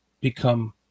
become